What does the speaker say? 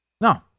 No